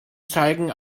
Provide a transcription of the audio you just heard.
zeigen